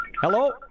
Hello